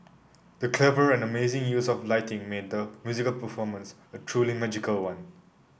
the clever and amazing use of lighting made the musical performance a truly magical one